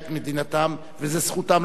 וזו זכותם לחשוב כך.